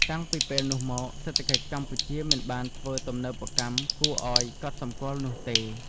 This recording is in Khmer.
តាំងពីពេលនោះមក សេដ្ឋកិច្ចកម្ពុជាមិនបានធ្វើទំនើបកម្មគួរអោយកត់សំគាល់នោះទេ ។